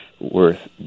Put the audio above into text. worth